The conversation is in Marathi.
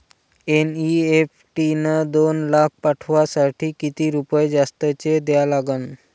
एन.ई.एफ.टी न दोन लाख पाठवासाठी किती रुपये जास्तचे द्या लागन?